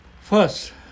First